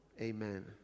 amen